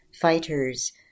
fighters